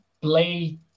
play